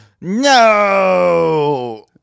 No